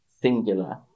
Singular